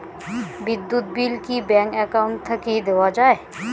বিদ্যুৎ বিল কি bank account থাকি দেওয়া য়ায়?